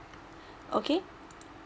okay